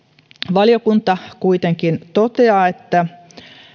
valiokunta kuitenkin toteaa että